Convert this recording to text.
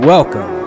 Welcome